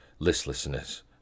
Listlessness